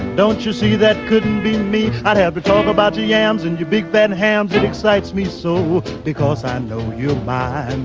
don't you see that couldn't be me. i have to talk about your yams and your big ben hands it excites me so because i know your ma